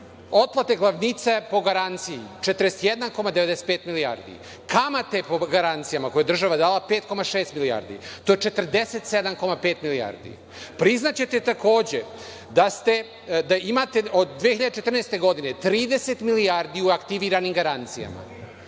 otplate glavnica po garanciji 41,95 milijardi, kamate po garancijama koje je država dala 5,6 milijardi. To je 47,5 milijardi. Priznaćete takođe da imate od 2014. godine 30 milijardi u aktiviranim garancijama,